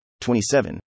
27